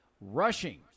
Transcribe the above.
Rushing